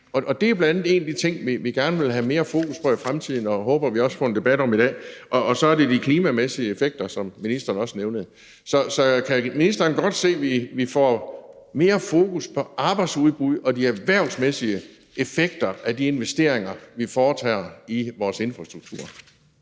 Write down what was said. og det er en af de ting, vi gerne vil have mere fokus på i fremtiden, og som vi håber vi også får en debat om i dag. Så er der de klimamæssige effekter, som ministeren også nævnte. Så kan ministeren godt se, at vi skal have mere fokus på arbejdsudbud og de erhvervsmæssige effekter af de investeringer, vi foretager i vores infrastruktur?